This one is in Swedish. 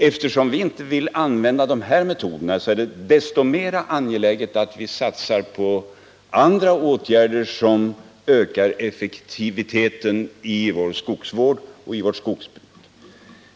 Eftersom vi inte vill använda de här metoderna är det desto mer angeläget att vi satsar på andra åtgärder som ökar effektiviteten i vår skogsvård och i vårt skogsbruk.